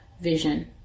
vision